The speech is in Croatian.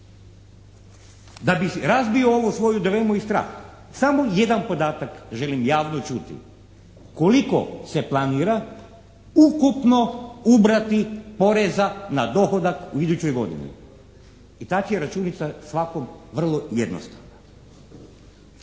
Da bi razbio ovu svoju dilemu i strah samo jedan podatak želim javno čuti. Koliko se planira ukupno ubrati poreza na dohodak u idućoj godini? I ta će računica svakom vrlo jednostavna.